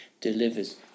delivers